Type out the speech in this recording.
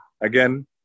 again